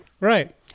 Right